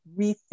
rethink